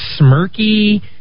smirky